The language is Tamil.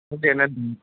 ஓகே நன்றிங்க